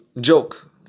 joke